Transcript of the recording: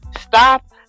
Stop